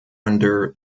under